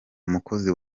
umukozi